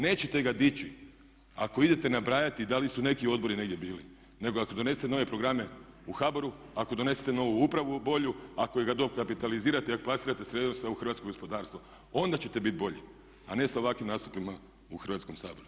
Nećete ga dići ako idete nabrajati da li su neki odbori negdje bili nego ako donesete nove programe u HBOR, ako donesete novu upravu bolju, ako ga dokapitalizirate i ako plasirate sredstva u hrvatsko gospodarstvo onda ćete biti bolji a ne sa ovakvih nastupima u Hrvatskom saboru.